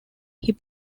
hip